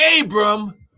Abram